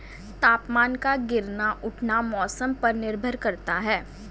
तापमान का गिरना उठना मौसम पर निर्भर करता है